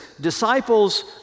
disciples